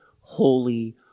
holy